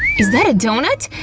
is that a donut?